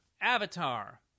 avatar